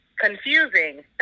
confusing